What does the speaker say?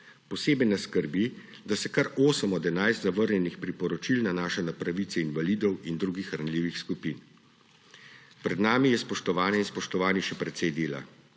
Posebej nas skrbi, da se kar osem od 11 zavrnjenih priporočil nanaša na pravice invalidov in drugih ranljivih skupin. Pred nami je, spoštovane in spoštovani, še precej dela.